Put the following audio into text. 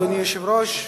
אדוני היושב-ראש,